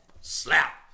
Slap